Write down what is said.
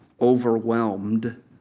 overwhelmed